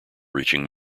reaching